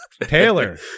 Taylor